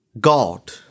God